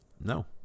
No